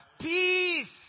Peace